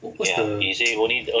what's the